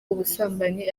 ubusambanyi